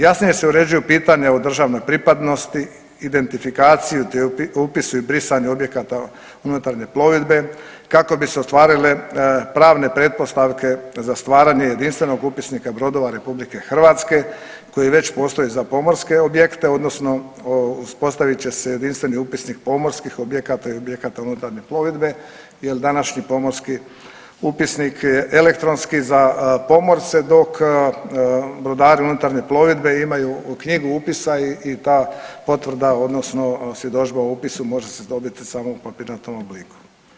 Jasnije se uređuju pitanja o državnoj pripadnosti, identifikaciji upisi i brisanju objekata unutarnje plovidbe kako bi se ostvarile pravne pretpostavke za stvaranje jedinstvenog upisnika brodova Republike Hrvatske koji već postoje za pomorske objekte, odnosno uspostavit će se jedinstveni upisnik pomorskih objekata i objekata unutarnje plovidbe, jer današnji pomorski upisnik je elektronski za pomorce dok brodari unutarnje plovidbe imaju knjigu upisa i ta potvrda odnosno svjedodžba o upisu može dobiti samo u papirnatom obliku.